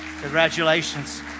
congratulations